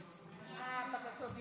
אוסאמה, אתה לא עולה?